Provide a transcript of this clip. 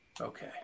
Okay